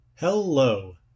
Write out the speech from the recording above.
Hello